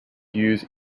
use